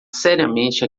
seriamente